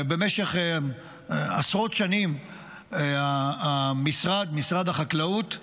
במשך עשרות שנים משרד החקלאות,